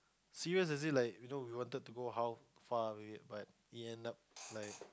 serious is it like you know we want to go how far but we end up like